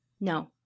no